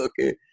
okay